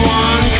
one